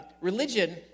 Religion